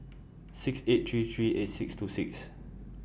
six eight three three eight six two six